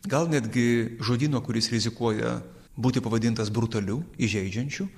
gal netgi žodyno kuris rizikuoja būti pavadintas brutaliu įžeidžiančiu